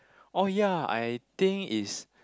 oh ya I think is